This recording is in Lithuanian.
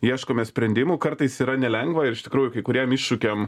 ieškome sprendimų kartais yra nelengva ir iš tikrųjų kai kuriem iššūkiam